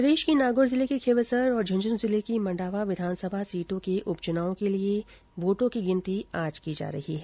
प्रदेश की नागौर जिले की खींवसर और झुंझुनू जिले की मंडावा विघानसभा सीट के उपचुनाव के लिए वोटो की गिनती आज की जा रही है